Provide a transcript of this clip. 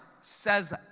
says